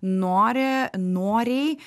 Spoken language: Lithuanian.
nori noriai